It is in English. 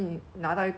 but I